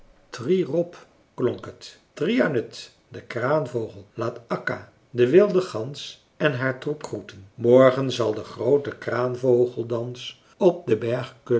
klonk het trianut de kraanvogel laat akka de wilde gans en haar troep groeten morgen zal de groote kraanvogeldans op den